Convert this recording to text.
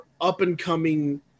up-and-coming